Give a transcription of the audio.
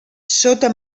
sota